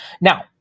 Now